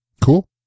Cool